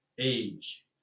age